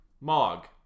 Mog